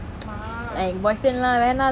!walao!